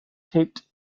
taped